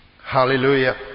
Hallelujah